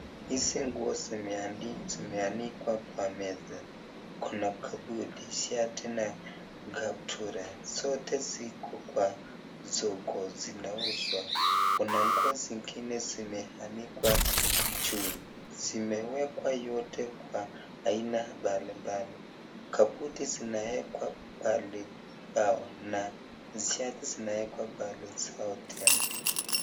Hizi nguo zimeanikwa Kwa meza Kuna kabuti , shati na kaptura zote ziko Kwa soko zinauzwa Kuna nguo zingine zimeanikwa juu zimewekwa yote kwa aina mbalimbali kabuti zinawekwa pahali pao na shati zinawekwa Pahali zao tena.